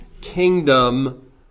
kingdom